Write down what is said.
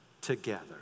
together